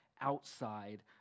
outside